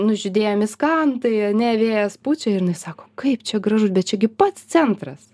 nužydėję miskantai ane vėjas pučia ir jinai sako kaip čia gražu bet čia gi pats centras